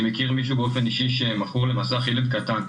אני מכיר מישהו באופן אישי שמכור למסך, ילד קטן.